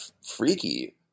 freaky